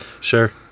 Sure